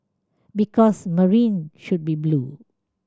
because Marine should be blue